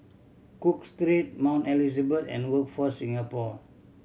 Cook Street Mount Elizabeth and Workforce Singapore